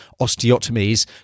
osteotomies